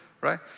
right